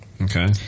Okay